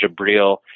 Jabril